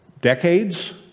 decades